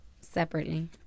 Separately